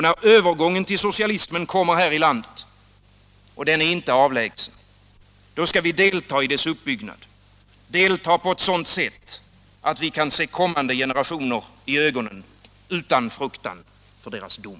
När övergången till socialismen kommer här i landet — och den dagen är inte avlägsen — då skall vi delta i dess uppbyggnad på ett sådant sätt att vi kan se kommande generationer i ögonen utan fruktan för deras dom.